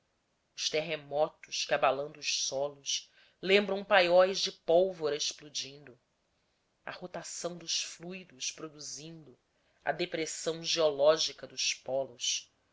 os terremotos que abalando os solos lembram paióis de pólvora explodindo a rotação dos fluidos produzindo a depressão geológica dos pólos